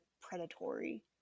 predatory